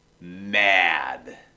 mad